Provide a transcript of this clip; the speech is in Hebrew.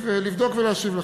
לגביהם לבדוק ולהשיב לכם.